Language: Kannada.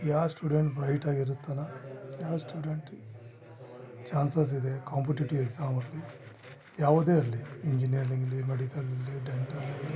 ಯಾವ ಸ್ಟುಡೆಂಟ್ ಬ್ರೈಟ್ ಆಗಿ ಇರುತ್ತಾರಾ ಯಾವ ಸ್ಟುಡೆಂಟ್ ಚಾನ್ಸಸ್ ಇದೆ ಕಾಂಪಿಟಿಟಿವ್ ಎಕ್ಸಾಮಲ್ಲಿ ಯಾವುದೇ ಇರಲಿ ಇಂಜಿನಿಯರಿಂಗ್ ಇರಲಿ ಮೆಡಿಕಲ್ ಇರಲಿ ಡೆಂಟಲ್ ಇರಲಿ